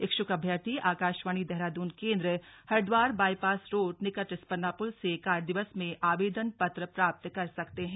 इच्छुक अभ्यर्थी आकाशवाणी देहरादून केंद्र हरिद्वार बाइपास रोड निकट रिस्पना पुल से कार्य दिवस में आवेदन पत्र प्राप्त कर सकते हैं